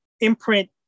imprint